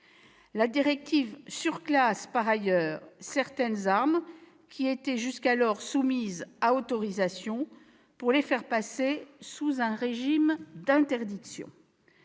La directive surclasse par ailleurs certaines armes, qui étaient jusqu'alors soumises à autorisation, pour les faire passer sous un régime d'interdiction.